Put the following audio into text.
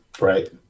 right